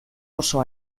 oso